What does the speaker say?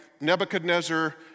Nebuchadnezzar